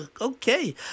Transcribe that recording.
okay